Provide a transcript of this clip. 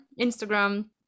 Instagram